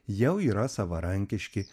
jau yra savarankiški